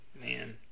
man